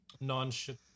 non-shit